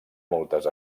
moltes